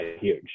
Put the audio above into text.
huge